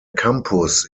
campus